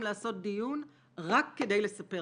מתנהל דיון הגון בכנסת.